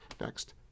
next